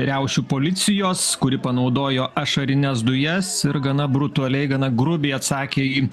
riaušių policijos kuri panaudojo ašarines dujas ir gana brutaliai gana grubiai atsakė į